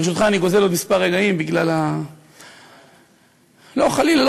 ברשותך, אני גוזל עוד כמה רגעים, בגלל, לא, חלילה.